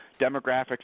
Demographics